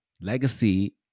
Legacy